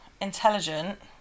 intelligent